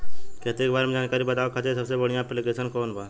खेती के बारे में जानकारी बतावे खातिर सबसे बढ़िया ऐप्लिकेशन कौन बा?